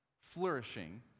flourishing